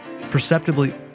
Perceptibly